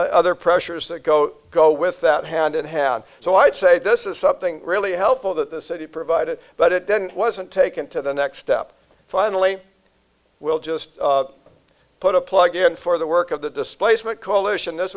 other pressures that go go with that hand in hand so i'd say this is something really helpful that the city provided but it wasn't taken to the next step finally we'll just put a plug in for the work of the displacement coalition this